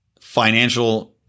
financial